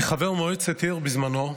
כחבר מועצת עיר בזמנו,